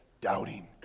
Doubting